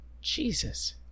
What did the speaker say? Jesus